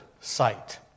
sight